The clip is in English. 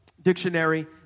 dictionary